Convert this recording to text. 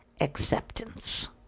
acceptance